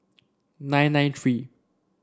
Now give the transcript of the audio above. nine nine three